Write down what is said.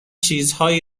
چیزهایی